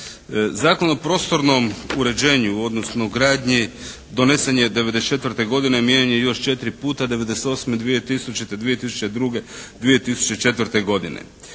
Zakon o prostornom uređenju, odnosno gradnji donesen je '94. godine. Mijenjan je još 4 puta '98., 2000., 2002., 2004. godine.